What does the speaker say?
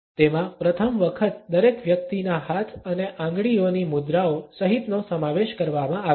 તેમા પ્રથમ વખત દરેક વ્યક્તિના હાથ અને આંગળીઓની મુદ્રાઓ સહિતનો સમાવેશ કરવામાં આવે છે